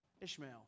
Ishmael